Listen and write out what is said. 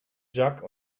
jacques